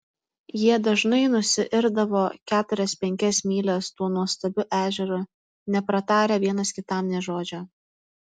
jie dažnai nusiirdavo keturias penkias mylias tuo nuostabiu ežeru nepratarę vienas kitam nė žodžio